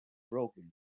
broken